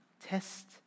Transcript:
Test